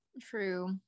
true